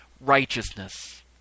righteousness